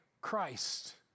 Christ